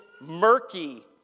murky